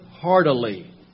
heartily